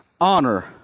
honor